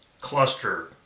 cluster